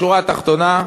בשורה התחתונה,